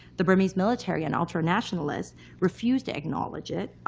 the burmese military and ultranationalists refuse to acknowledge it.